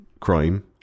crime